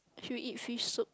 should we eat fish soup